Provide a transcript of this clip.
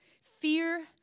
fear